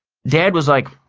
dad was like,